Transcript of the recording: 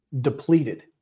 depleted